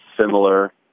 similar